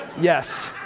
Yes